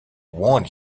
want